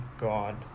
God